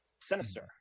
Sinister